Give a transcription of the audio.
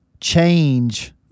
change